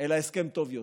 אלא הסכם טוב יותר.